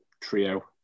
trio